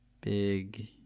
Big